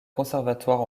conservatoire